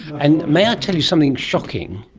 and may i tell you something shocking?